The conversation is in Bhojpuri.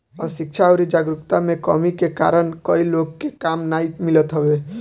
अशिक्षा अउरी जागरूकता में कमी के कारण कई लोग के काम नाइ मिलत हवे